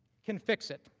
can fix it.